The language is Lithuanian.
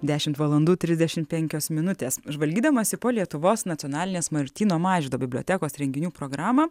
dešimt valandų trisdešimt penkios minutės žvalgydamasi po lietuvos nacionalinės martyno mažvydo bibliotekos renginių programą